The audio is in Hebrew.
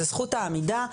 זה זכות העמידה,